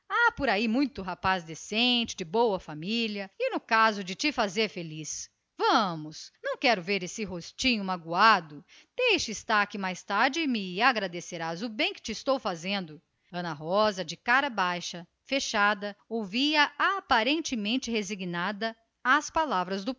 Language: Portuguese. por aí muito rapaz decente de boa família e nos casos de fazer-te feliz vamos não quero ver esse rostinho triste deixa estar que mais tarde me agradecerás o bem que agora te faço ana rosa de cabeça baixa ouvia aparentemente resignada as palavras